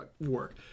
work